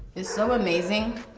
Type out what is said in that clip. is so amazing.